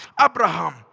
Abraham